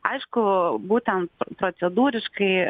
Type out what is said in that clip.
aišku būtent procedūriškai